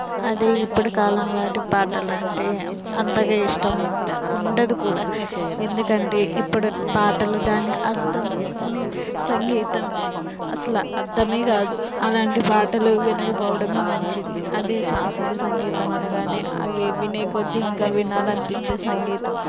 అదే ఇప్పుడు కాలంలాటి పాటలంటే అంతగా ఇష్టం ఉండ ఉండదు కూడా ఎందుకంటే ఇప్పుడు పాటలు దాని అర్థం దాని సంగీతం అసలు అర్థమే కాదు అలాంటి పాటలు వినకపోవడమే మంచిది అదే శాస్త్రీయ సంగీతం అనగానే అవి వినే కొద్ది ఇంకా వినాలనిపించే సంగీతం